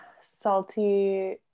salty